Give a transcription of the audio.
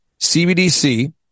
CBDC